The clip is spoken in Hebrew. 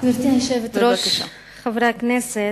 גברתי היושבת-ראש, חברי הכנסת,